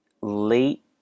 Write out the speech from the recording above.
late